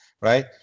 right